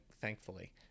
thankfully